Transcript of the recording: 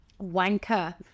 wanker